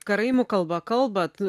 karaimų kalba kalbat